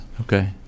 Okay